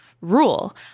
rule